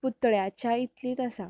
पुतळ्याच्या इतलीत आसा